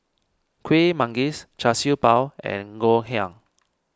Kueh Manggis Char Siew Bao and Ngoh Hiang